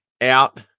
Out